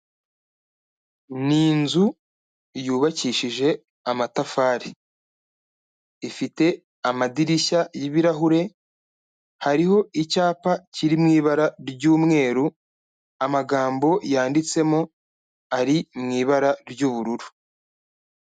Ni inzu yubakishije amatafari, ifite amadirishya y'ibirahure, hariho icyapa kiri mu ibara ry'umweru, amagambo yanditsemo ari mu ibara ry'ubururu.